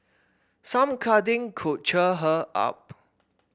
some cuddling could cheer her up